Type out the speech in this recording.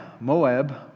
Moab